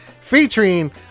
featuring